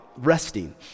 Resting